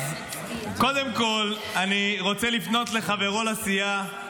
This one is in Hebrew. אז קודם כול, אני רוצה לפנות לחברו לסיעה, אלמוג,